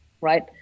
right